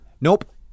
nope